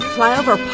Flyover